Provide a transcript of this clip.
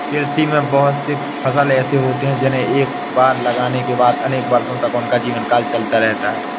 कृषि में बहुत से फसल ऐसे होते हैं जिन्हें एक बार लगाने के बाद अनेक वर्षों तक उनका जीवनकाल चलता रहता है